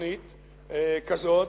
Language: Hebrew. תוכנית כזאת,